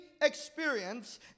experience